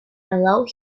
allowed